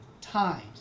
times